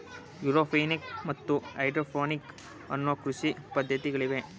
aeroponic ಮತ್ತು hydroponic ಅನ್ನೂ ಕೃಷಿ ಪದ್ಧತಿಗಳಿವೆ